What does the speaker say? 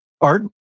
Art